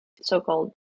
so-called